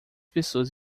pessoas